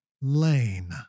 lane